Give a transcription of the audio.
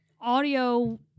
audio